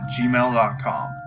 gmail.com